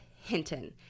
Hinton